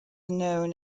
known